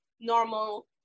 normal